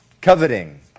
coveting